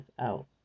out